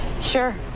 Sure